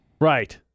Right